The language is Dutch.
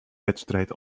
wedstrijd